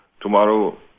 Tomorrow